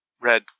red